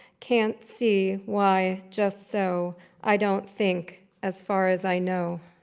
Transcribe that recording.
can't see why, just so i don't think as far as i know.